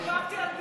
דיברתי על ביטחון,